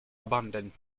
abundant